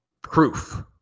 proof